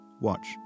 Watch